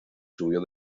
subió